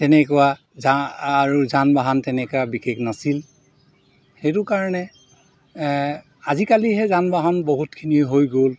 তেনেকুৱা আৰু যান বাহন তেনেকুৱা বিশেষ নাছিল সেইটো কাৰণে আজিকালিহে যান বাহন বহুতখিনি হৈ গ'ল